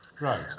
Right